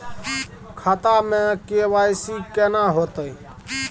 खाता में के.वाई.सी केना होतै?